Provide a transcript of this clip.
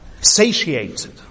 satiated